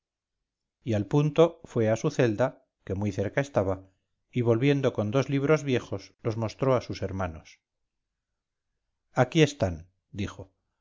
y al punto fue a su celda que muy cerca estaba y volviendo con dos libros viejos los mostró a sus hermanos aquí están dijo